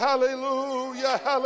Hallelujah